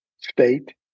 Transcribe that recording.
state